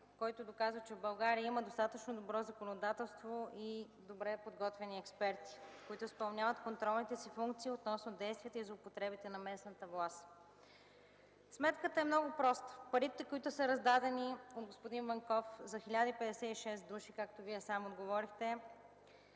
който доказа, че в България има достатъчно добро законодателство и добре подготвени експерти, които изпълняват контролните си функции относно действията и злоупотребите на местната власт. Сметката е много проста – парите, които са раздадени от господин Ванков за 1056 души, както Вие сам отговорихте,